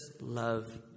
love